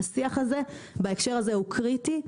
השיח הזה בהקשר הזה הוא קריטי.